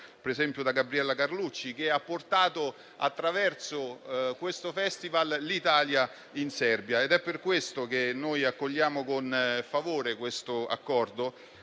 ad esempio, da Gabriella Carlucci, che ha portato, attraverso questo Festival, l'Italia in Serbia. È per questo che noi accogliamo con favore questo accordo,